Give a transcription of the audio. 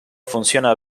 funciona